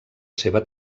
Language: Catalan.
seva